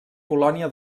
colònia